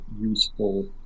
useful